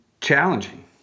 challenging